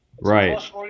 Right